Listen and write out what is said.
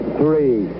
three